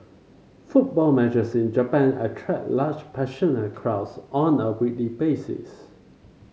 football matches in Japan attract large passionate crowds on a weekly basis